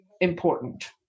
important